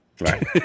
Right